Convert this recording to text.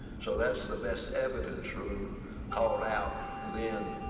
so that's the best evidence rule who called out within.